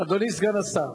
אדוני סגן השר,